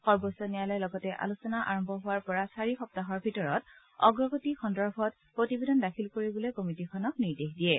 সৰ্বোচ্চ ন্যায়ালয়ে লগতে আলোচনা আৰম্ভ হোৱাৰ পৰা চাৰি সগুাহৰ ভিতৰত অগ্ৰগতি সন্দৰ্ভত প্ৰতিবেদন দাখিল কৰিবলৈ কমিটীখনক নিৰ্দেশ দিয়ে